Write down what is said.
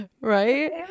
Right